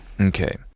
Okay